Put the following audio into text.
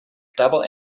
double